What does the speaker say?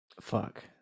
fuck